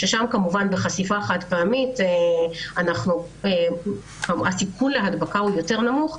שם זאת חשיפה חד פעמית והסיכון להדבקה יותר נמוך,